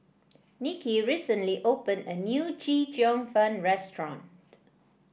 Nicky recently opened a new Chee Cheong Fun restaurant